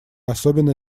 особенно